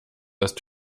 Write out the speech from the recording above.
ist